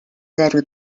zero